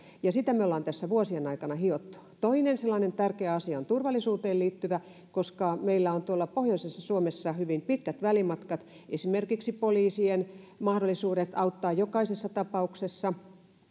ja sitä me olemme tässä vuosien aikana hioneet toinen tärkeä asia on turvallisuuteen liittyvä koska meillä on tuolla pohjoisessa suomessa hyvin pitkät välimatkat esimerkiksi poliisien mahdollisuudet auttaa jokaisessa tapauksessa